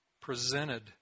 presented